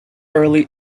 early